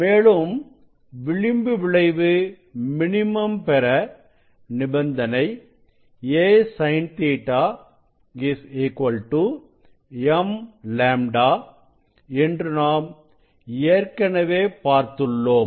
மேலும் விளிம்பு விளைவு மினிமம் பெற நிபந்தனை a sin Ɵ m λ என்று நாம் ஏற்கனவே பார்த்துள்ளோம்